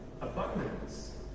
abundance